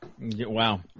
Wow